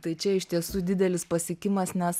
tai čia iš tiesų didelis pasiekimas nes